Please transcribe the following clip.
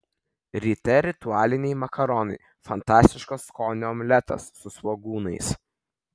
ryte ritualiniai makaronai fantastiško skonio omletas su svogūnais